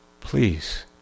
Please